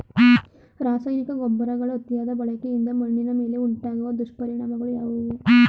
ರಾಸಾಯನಿಕ ಗೊಬ್ಬರಗಳ ಅತಿಯಾದ ಬಳಕೆಯಿಂದ ಮಣ್ಣಿನ ಮೇಲೆ ಉಂಟಾಗುವ ದುಷ್ಪರಿಣಾಮಗಳು ಯಾವುವು?